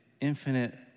infinite